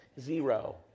Zero